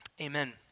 Amen